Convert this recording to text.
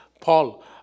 Paul